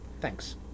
thanks